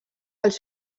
els